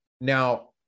now